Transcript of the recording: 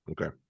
Okay